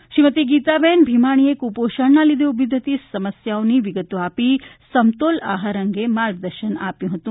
શ્રીમતી ગીતાબેન ભીમાણીએ કૂપોષણના લીધે ઉભી થતી સમસ્યાઓની વિગતો આપીને સમતોલ આહાર અંગે માર્ગદર્શન આપ્યું હતું